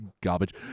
garbage